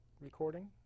recording